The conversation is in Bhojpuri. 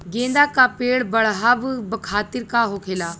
गेंदा का पेड़ बढ़अब खातिर का होखेला?